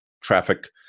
traffic